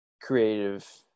creative